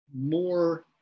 more